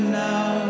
now